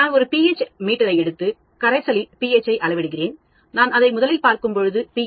நான் ஒரு pH மீட்டரை எடுத்து ஒரு கரைசலின் pH ஐ அளவிடுகிறேன் நான் அதை முதலில் பார்க்கும் பொழுது 3